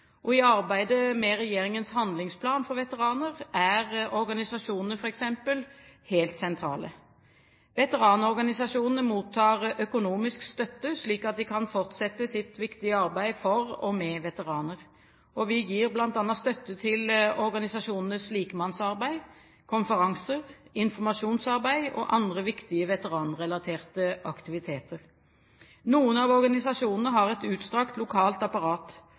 I arbeidet med regjeringens handlingsplan for veteraner er organisasjonene f.eks. helt sentrale. Veteranorganisasjonene mottar økonomisk støtte, slik at de kan fortsette sitt viktige arbeid for og med veteraner. Vi gir bl.a. støtte til organisasjonenes likemannsarbeid, konferanser, informasjonsarbeid og andre viktige veteranrelaterte aktiviteter. Noen av organisasjonene har et utstrakt lokalt apparat.